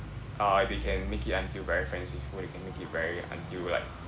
uh they can make it until very fanciful they can make very until like